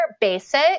basic